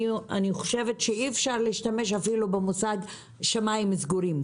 אי אפשר להשתמש אפילו במושג שמיים סגורים,